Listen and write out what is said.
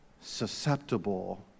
susceptible